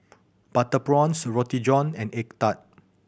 butter prawns Roti John and egg tart